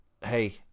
hey